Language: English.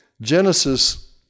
Genesis